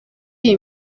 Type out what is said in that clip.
iyi